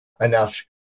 enough